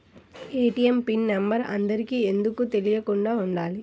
ATM pin number అందరికి ఎందుకు తెలియకుండా ఉండాలి?